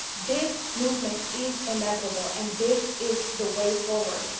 this movement is inevitable and this is the way forward.